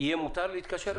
יהיה מותר להתקשר אליי?